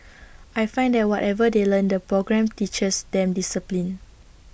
I find that whatever they learn the programme teaches them discipline